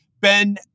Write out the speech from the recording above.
Ben